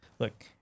Look